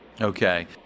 Okay